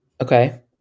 Okay